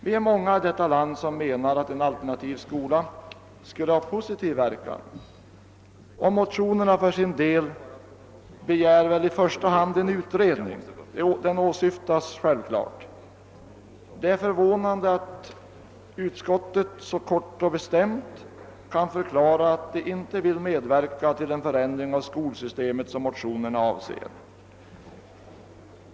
Vi är många i detta land som menar att en alternativ skola skulle ha positiv verkan, och motionärerna begär i första hand en utredning; det är självfallet den första åtgärd som åsyftas. Det är förvånande att utskottet så kort och bestämt kan förklara att det inte vill medverka till den förändring av skolsystemet som motionerna avser.